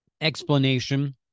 explanation